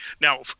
Now